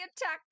attack